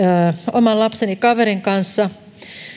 oman lapseni kaverin kanssa